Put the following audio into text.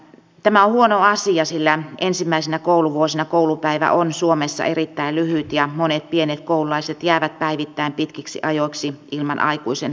tämä on huono asia sillä ensimmäisinä kouluvuosina koulupäivä on suomessa erittäin lyhyt ja monet pienet koululaiset jäävät päivittäin pitkiksi ajoiksi ilman aikuisen valvontaa